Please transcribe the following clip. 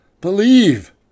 Believe